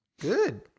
Good